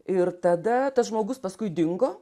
ir tada tas žmogus paskui dingo